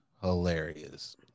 hilarious